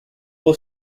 wall